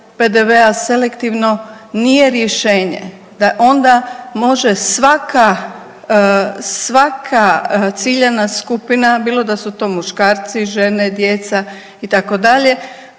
PDV-a selektivno nije rješenje. Da onda može svaka ciljana skupina, bilo da su to muškarci, žene, djeca, itd.,